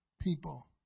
people